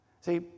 See